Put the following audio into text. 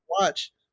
watch